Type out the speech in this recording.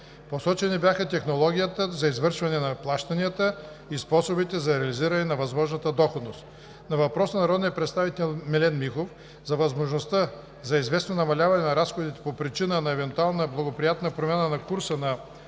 Посочени бяха технологията за извършване на плащанията и способите за реализиране на възможната доходност. На въпрос на народния представител Милен Михов за възможността от известно намаляване на разходите по причина на евентуална благоприятна промяна на курса на